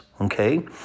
Okay